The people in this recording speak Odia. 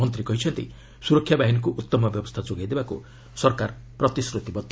ମନ୍ତ୍ରୀ କହିଛନ୍ତି ସୁରକ୍ଷା ବାହିନୀକୁ ଉତ୍ତମ ବ୍ୟବସ୍ଥା ଯୋଗାଇ ଦେବାକୁ ସରକାର ପ୍ରତିଶ୍ରତିବଦ୍ଧ